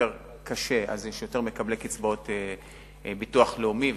קשה אז יש יותר מקבלי קצבאות ביטוח לאומי,